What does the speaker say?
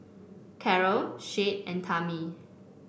Carol Shade and Tami